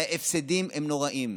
וההפסדים הם נוראיים.